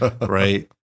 Right